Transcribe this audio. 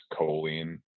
choline